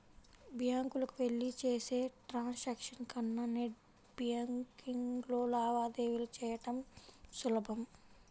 బ్యాంకులకెళ్ళి చేసే ట్రాన్సాక్షన్స్ కన్నా నెట్ బ్యేన్కింగ్లో లావాదేవీలు చెయ్యడం సులభం